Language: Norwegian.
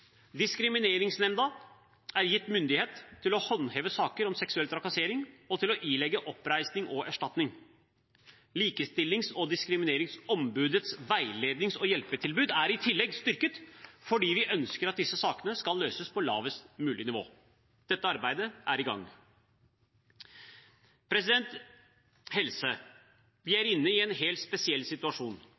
Diskrimineringsnemnda er gitt myndighet til å håndheve saker om seksuell trakassering og til å ilegge oppreisning og erstatning. Likestillings- og diskrimineringsombudets veiledning og hjelpetilbud er i tillegg styrket, for vi ønsker at disse sakene skal løses på lavest mulig nivå. Dette er et arbeid som er i gang. Helse: Vi er inne i en helt spesiell situasjon.